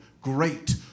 great